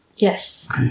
Yes